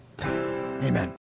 Amen